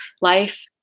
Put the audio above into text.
Life